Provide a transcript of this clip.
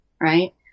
right